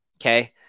okay